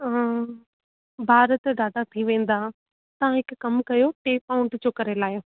हा बार त डाढा थी वेंदा तव्हां हिकु कमु कयो टे पाउंड जो करे लाहियो